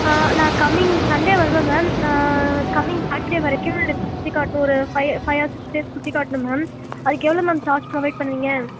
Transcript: நான் coming Sunday வருவேன் ma'am coming Saturday வரைக்கும் எனக்கு சுற்றி காட்டணும் ஒரு five five or six days சுற்றி காட்டணும் மேம் அதுக்கு எவ்வளோ மேம் சார்ஜ் ப்ரொவைட் பண்ணுவீங்க